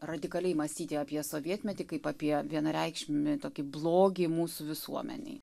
radikaliai mąstyti apie sovietmetį kaip apie vienareikšmį tokį blogį mūsų visuomenėj